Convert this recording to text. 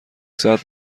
ساعت